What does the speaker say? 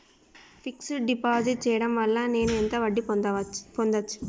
Fix డ్ deposit చేయటం వల్ల నేను ఎంత వడ్డీ పొందచ్చు?